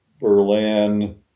Berlin